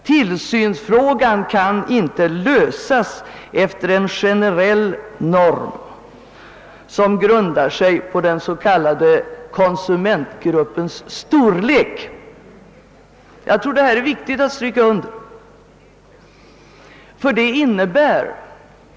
Tillsynsfrågan kan inte lösas efter en generell norm, som grundar sig på den s.k. konsumentgruppens storlek. Jag tror det är viktigt att stryka under detta.